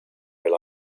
rely